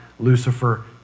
Lucifer